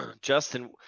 justin